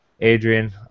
Adrian